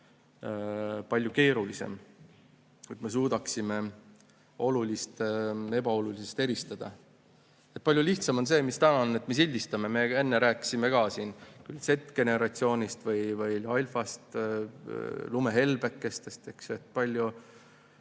palju keerulisem. Kuidas me suudaksime olulist ebaolulisest eristada? Palju lihtsam on see, mis täna on, et me sildistame. Me enne rääkisime ka siin küll Z‑generatsioonist või Alfast, lumehelbekestest. Väga